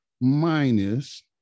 minus